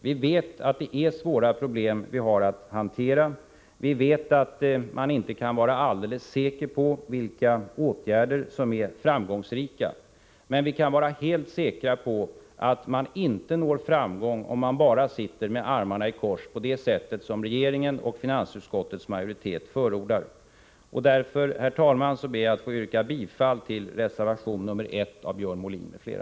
Vi vet att det är svåra problem vi har att hantera. Vi vet att man inte kan vara alldeles säker på vilka åtgärder som är framgångsrika. Men vi kan vara helt säkra på att man inte når framgång, om man bara sitter med armarna i kors på det sätt som regeringen och finansutskottets majoritet förordar. Därför ber jag att få yrka bifall till reservation 1 av Björn Molin m.fl.